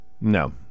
No